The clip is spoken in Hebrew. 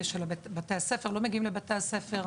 לא מגיעים לבתי הספר.